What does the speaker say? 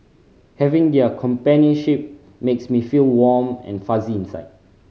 having their companionship makes me feel warm and fuzzy inside